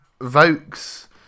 Vokes